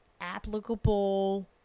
applicable